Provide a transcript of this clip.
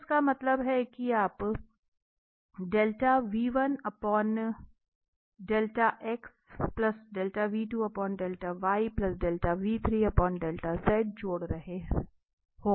तो इसका मतलब है आप जोड़ रहे होंगे